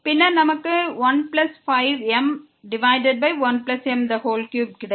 பின்னர் நமக்கு 15m1m3 கிடைக்கும்